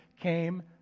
came